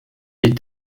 est